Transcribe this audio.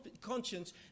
conscience